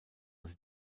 sie